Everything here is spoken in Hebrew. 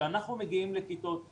כשאנחנו מגיעים לכיתות א',